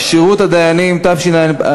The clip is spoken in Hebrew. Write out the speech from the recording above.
כשירות הדיינים),